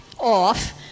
off